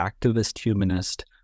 Activist-Humanist